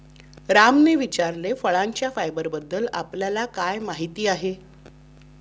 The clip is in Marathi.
रामने विचारले, फळांच्या फायबरबद्दल आपल्याला काय माहिती आहे?